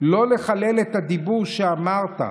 לא לחלל את הדיבור שאמרת.